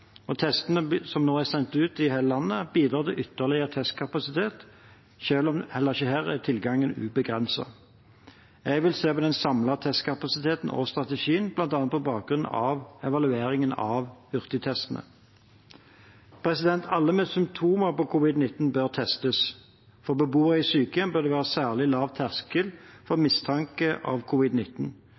og testene, som nå er sendt ut i hele landet, bidrar til ytterligere testkapasitet, selv om tilgangen heller ikke her er ubegrenset. Jeg vil se på den samlede testkapasiteten og strategien, bl.a. på bakgrunn av evalueringen av hurtigtestene. Alle med symptomer på covid-19 bør testes. For beboere i sykehjem bør det være særlig lav terskel for